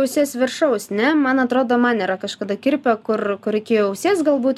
ausies viršaus ne man atrodo man yra kažkada kirpę kur kur iki ausies galbūt